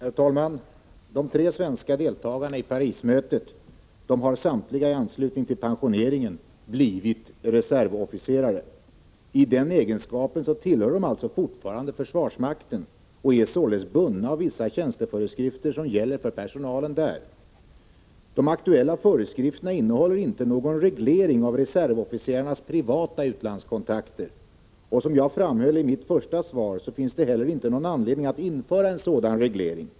Herr talman! De tre svenska deltagarna i Parismötet har samtliga i anslutning till pensioneringen blivit reservofficerare. I den egenskapen tillhör de alltså fortfarande försvarsmakten och är således bundna av vissa tjänsteföreskrifter som gäller för personalen där. De aktuella föreskrifterna innehåller inte någon reglering av reservofficerarnas privata utlandskontakter, och som jag framhöll i mitt första svar finns det heller inte någon anledning att införa en sådan reglering.